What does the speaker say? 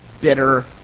bitter